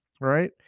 right